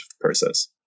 process